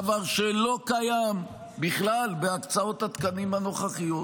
דבר שלא קיים בכלל בהקצאות התקנים הנוכחיות.